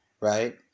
Right